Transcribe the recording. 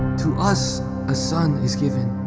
to us a son is given